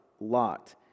Lot